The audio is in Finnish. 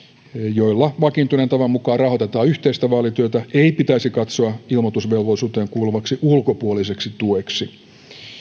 joilla vakiintuneen tavan mukaan rahoitetaan yhteistä vaalityötä ei pitäisi katsoa ilmoitusvelvollisuuteen kuuluvaksi ulkopuoliseksi tueksi